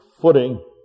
footing